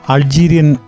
Algerian